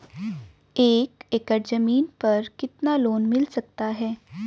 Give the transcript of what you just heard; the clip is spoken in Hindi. एक एकड़ जमीन पर कितना लोन मिल सकता है?